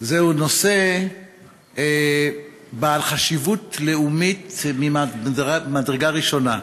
זהו נושא בעל חשיבות לאומית ממדרגה ראשונה.